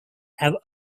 have